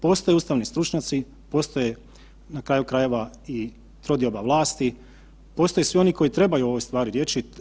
Postoje ustavni stručnjaci, postoje na kraju krajeva i trodioba vlasti, postoje svi oni koji trebaju o ovoj stvari reći.